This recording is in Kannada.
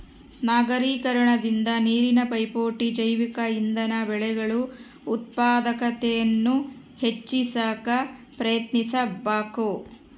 ನಗರೀಕರಣದಿಂದ ನೀರಿನ ಪೈಪೋಟಿ ಜೈವಿಕ ಇಂಧನ ಬೆಳೆಗಳು ಉತ್ಪಾದಕತೆಯನ್ನು ಹೆಚ್ಚಿ ಸಾಕ ಪ್ರಯತ್ನಿಸಬಕು